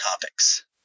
topics